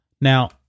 Now